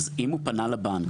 אם הוא פנה לבנק,